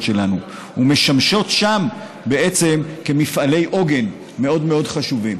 שלנו ומשמשות שם בעצם כמפעלי עוגן מאוד מאוד חשובים.